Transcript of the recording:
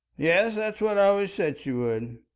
yes, that's what i always said she would.